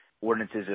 Ordinances